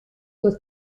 with